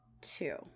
two